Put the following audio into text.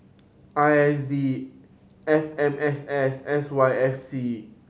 I S D F M S S S Y F C